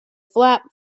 flap